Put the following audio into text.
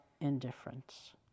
indifference